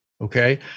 Okay